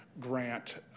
Grant